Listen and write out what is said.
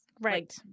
Right